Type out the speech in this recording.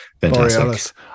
Fantastic